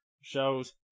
shows